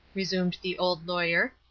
resumed the old lawyer,